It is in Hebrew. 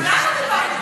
כולנו דיברנו.